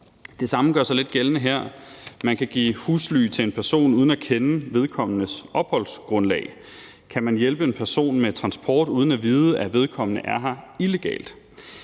Det samme gør sig lidt gældende her. Man kan give husly til en person uden at kende vedkommendes opholdsgrundlag. Kan man hjælpe en person med transport uden at vide, at vedkommende er her illegalt?